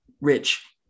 rich